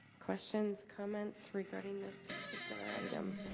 questions comments regarding this particular item